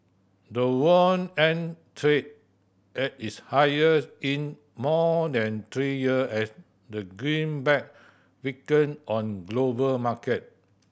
the won ended trade at its highest in more than three year as the greenback weakened on global market